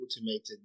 automated